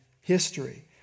history